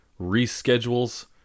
reschedules